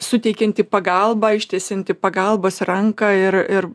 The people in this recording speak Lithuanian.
suteikianti pagalbą ištiesianti pagalbos ranką ir ir